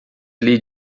lhe